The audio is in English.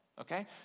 Okay